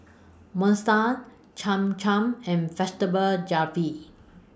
Cham Cham and Vegetable Jalfrezi